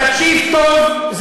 תקשיב טוב.